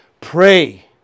pray